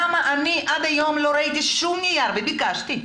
אני עד היום לא ראיתי שום נייר, וביקשתי,